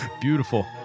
Beautiful